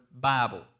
Bible